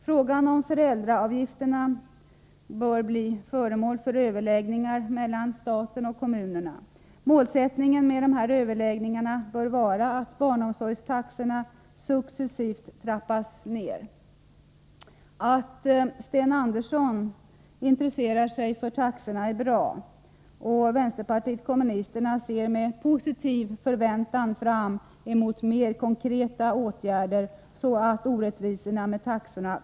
Frågan om föräldraavgifterna bör bli föremål för överläggningar mellan staten och kommunerna. Målsättningen med överläggningarna bör vara att barnomsorgstaxorna successivt skall trappas ned. Att Sten Andersson intresserar sig för taxorna är bra. Vänsterpartiet kommunisterna ser med positiv förväntan fram mot mera konkreta åtgärder för att avskaffa orättvisorna med taxorna.